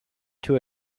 too